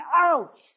out